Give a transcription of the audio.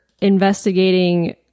investigating